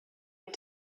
and